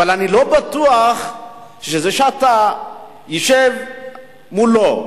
אבל אני לא בטוח שזה שאתה יושב מולו,